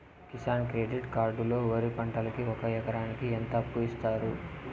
Kisan credit card లో వరి పంటకి ఒక ఎకరాకి ఎంత అప్పు ఇస్తారు?